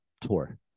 tour